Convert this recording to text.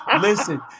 listen